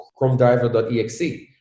ChromeDriver.exe